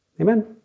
Amen